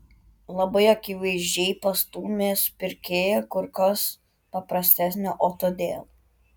labai akivaizdžiai pastūmės pirkėją kur kas paprastesnio o todėl